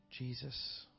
Jesus